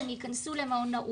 והם ייכנסו למעון נעול.